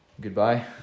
goodbye